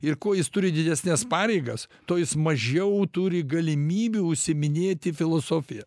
ir kuo jis turi didesnes pareigas tuo jis mažiau turi galimybių užsiiminėti filosofija